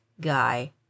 guy